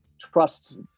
trust